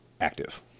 active